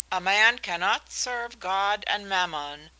a man cannot serve god and mammon,